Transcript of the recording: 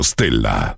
Stella